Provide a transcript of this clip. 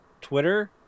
Twitter